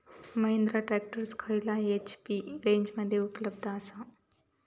Mahindra tractor खयल्या HP रेंजमध्ये उपलब्ध आसा?